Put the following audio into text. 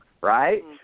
Right